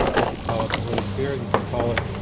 you can call it the holy spirit, you can call it